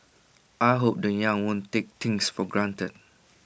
I hope the young won't take things for granted